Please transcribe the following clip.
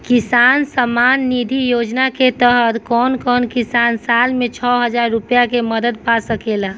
किसान सम्मान निधि योजना के तहत कउन कउन किसान साल में छह हजार रूपया के मदद पा सकेला?